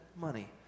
money